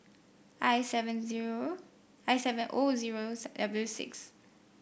I seven zero I seven O zero W six